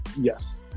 Yes